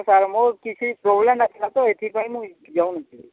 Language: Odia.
ସାର୍ ମୋ କିଛି ପ୍ରୋବ୍ଲେମ୍ ନଥିଲା ତ ଏଥିପାଇଁ ମୁଁ ଯାଉନଥିଲି